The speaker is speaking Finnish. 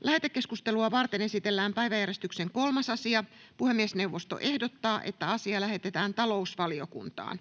Lähetekeskustelua varten esitellään päiväjärjestyksen 3. asia. Puhemiesneuvosto ehdottaa, että asia lähetetään talousvaliokuntaan.